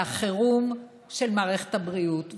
מצב החירום של מערכת הבריאות.